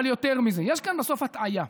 אבל יותר מזה, יש כאן בסוף הטעיה,